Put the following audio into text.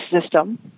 system